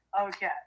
Okay